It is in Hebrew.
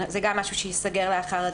זה גם משהו שייסגר לאחר הדיון.